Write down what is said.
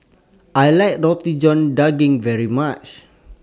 I like Roti John Daging very much